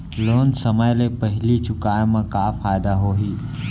Loan समय ले पहिली चुकाए मा का फायदा होही?